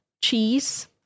cheese